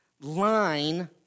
line